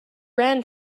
ran